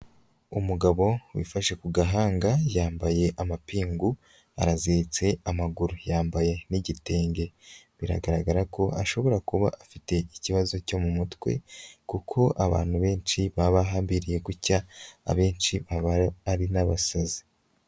Umugabo wifashe ku gahanga, yambaye amapingu, araziritse amaguru, yambaye n'igitenge. Biragaragara ko ashobora kuba afite ikibazo cyo mu mutwe kuko abantu benshi baba bahambiriye gutya, abenshi aba ari n'abasazi.